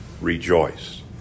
rejoice